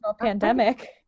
pandemic